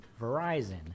Verizon